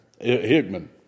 Hickman